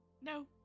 No